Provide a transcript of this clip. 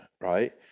right